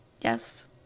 Yes